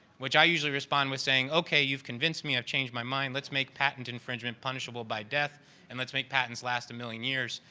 which i usually respond by saying, okay, you've convinced me, i've changed my mind. let's make patent infringement punishable by death and let's make patents last a million years.